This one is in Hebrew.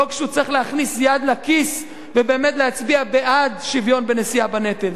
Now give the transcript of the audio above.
לא כשהוא צריך להכניס יד לכיס ובאמת להצביע בעד שוויון בנשיאה בנטל.